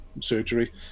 surgery